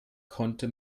konnte